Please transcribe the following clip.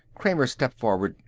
kramer stepped forward.